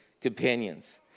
companions